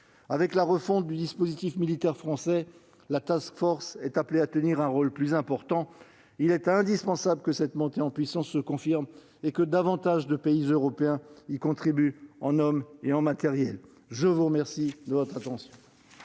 Avec la refonte du dispositif militaire français, la est appelée à tenir un rôle plus important. Il est indispensable que cette montée en puissance se confirme et que davantage de pays européens y contribuent à la fois en hommes et en matériel. La parole est à Mme Catherine